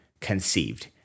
conceived